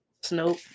Snoop